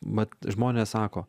vat žmonės sako